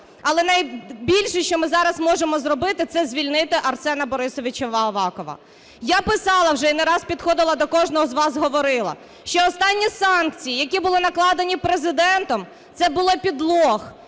Але найбільше, що ми зараз можемо зробити, це звільнити Арсена Борисовича Авакова. Я писала вже, і не раз підходила до кожного з вас говорила, що останні санкції, які були накладені Президентом - це був підлог,